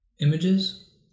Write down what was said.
images